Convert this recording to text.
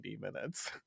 minutes